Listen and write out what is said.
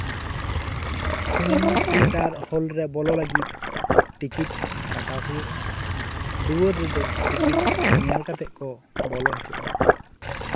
cinema theatre hall ᱨᱮ ᱵᱚᱞᱚ ᱞᱟᱜᱤᱫ ᱴᱤᱠᱤᱴ ᱠᱟᱴᱣ ᱦᱩᱭᱩᱜᱼᱟ ᱫᱩᱣᱟᱹᱨ ᱨᱮᱫᱚ ᱴᱤᱠᱤᱴ ᱧᱮᱞ ᱠᱟᱛᱮ ᱠᱚ ᱵᱚᱞᱚ ᱦᱚᱪᱚᱣᱟᱜᱼᱟ